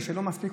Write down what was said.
לא מספיק,